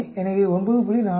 எனவே 9